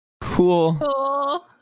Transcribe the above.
cool